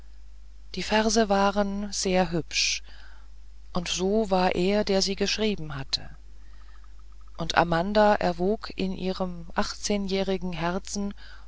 die verse waren sehr hübsch und so war er der sie geschrieben hatte und amanda erwog in ihrem achtzehnjährigen herzen